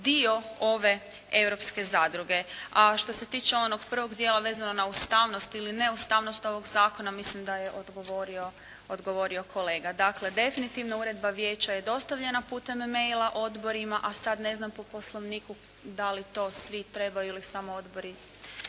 dio ove europske zadruge. A što se tiče onog prvog dijela vezano na ustavnost ili neustavnost ovog zakona mislim da je odgovorio kolega. Dakle, definitivno uredba Vijeća je dostavljena putem e-maila odborima, a sad ne znam po Poslovniku da li to svi trebaju ili samo odbori.